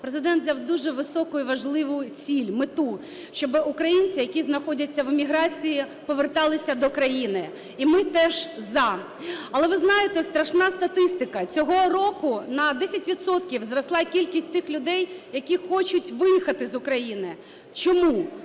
Президент взяв дуже високу і важливу ціль, мету: щоби українці, які знаходяться в еміграції, поверталися до країни. І ми теж – за. Але, ви знаєте, страшна статистика: цього року на 10 відсотків зросла кількість тих людей, які хочуть виїхати з України. Чому?